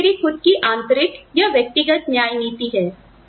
यह मेरी खुद की आंतरिक या व्यक्तिगत न्याय नीतिहै